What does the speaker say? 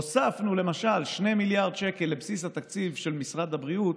הוספנו למשל 2 מיליארד שקל לבסיס התקציב של משרד הבריאות,